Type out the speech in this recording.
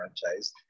franchise